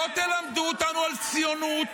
לא תלמדו אותנו על ציונות,